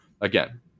again